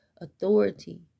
authority